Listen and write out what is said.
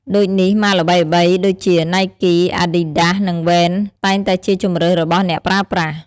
ដូចនេះ ម៉ាកល្បីៗដូចជា ណៃគី អែតឌីតដាសនិង វ៉េន តែងតែជាជម្រើសរបស់អ្នកប្រើប្រាស់។